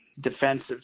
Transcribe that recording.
defensive